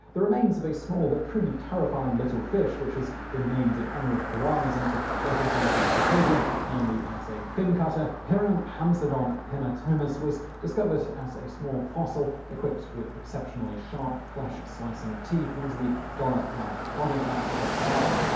the remains of a small but truly terrifying little fish, which has been named in honor of piranhas and to recognize its behavior, namely as a fin cutter. piranhamesodon pinnatomus was discovered as a small fossil equipped with exceptionally sharp flesh-slicing teeth and the dollar-like like body plan of a piranha.